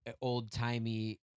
old-timey